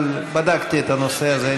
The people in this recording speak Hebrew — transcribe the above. אבל בדקתי את הנושא הזה.